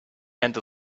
and